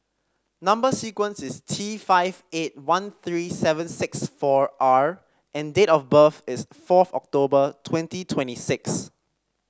number sequence is T five eight one three seven six four R and date of birth is fourth October twenty twenty six